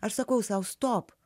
aš sakau sau stop